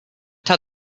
tell